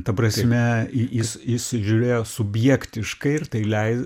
ta prasme jis jis žiūrėjo subjektiškai ir tai lei